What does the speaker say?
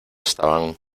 estaban